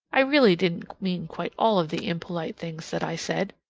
i really didn't mean quite all of the impolite things that i said.